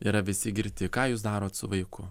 yra visi girti ką jūs darot su vaiku